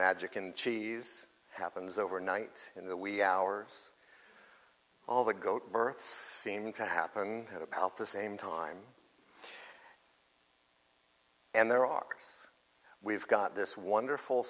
magic in cheese happens over night in the wee hours of the goat seemed to happen at about the same time and there are we've got this wonderful